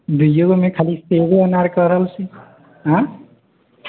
दुइए गोमे खाली सेबे अनार कऽ रहल छी आँ